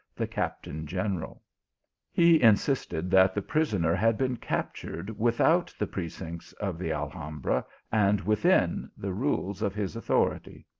the captain-general. he insisted that the prisoner had been captured without the precincts of the alhambra, and within the rules of his authority.